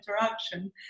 interaction